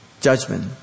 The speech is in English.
Judgment